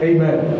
Amen